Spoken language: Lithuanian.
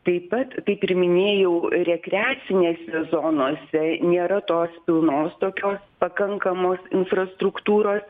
taip pat kaip ir minėjau rekreacinėse zonose nėra tos pilnos tokios pakankamos infrastruktūros